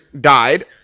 died